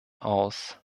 aus